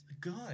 good